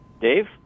Dave